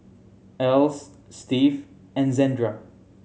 Else Steve and Zandra